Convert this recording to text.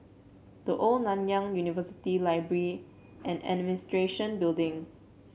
The Old Nanyang University Library and Administration Building